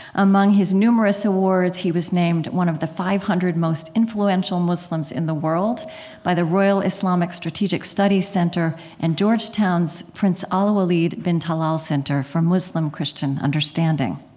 among his numerous awards, he was named one of the five hundred most influential muslims in the world by the royal islamic strategic studies centre and georgetown's prince alwaleed bin talal center for muslim-christian understanding.